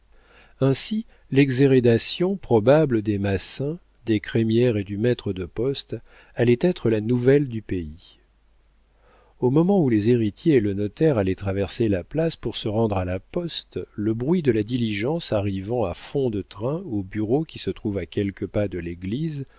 ainsi l'exhérédation probable des massin des crémière et du maître de poste allait être la nouvelle du pays au moment où les héritiers et le notaire allaient traverser la place pour se rendre à la poste le bruit de la diligence arrivant à fond de train au bureau qui se trouve à quelques pas de l'église